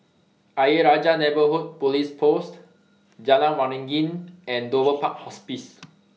Ayer Rajah Neighbourhood Police Post Jalan Waringin and Dover Park Hospice